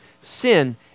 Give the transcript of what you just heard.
sin